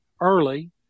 early